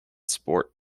sport